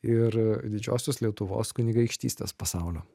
ir didžiosios lietuvos kunigaikštystės pasaulio